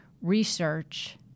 research